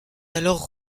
alors